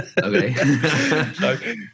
Okay